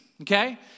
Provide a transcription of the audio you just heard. Okay